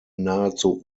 nahezu